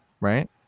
right